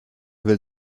will